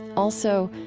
also,